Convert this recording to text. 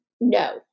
no